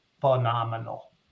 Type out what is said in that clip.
phenomenal